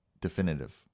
definitive